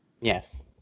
Yes